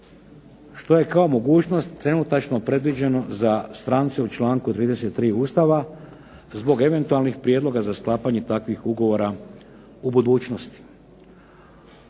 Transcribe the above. što je kao mogućnost trenutačno predviđeno za stance u članku 33. Ustava zbog eventualnih prijedloga za sklapanje takvih ugovora u budućnosti.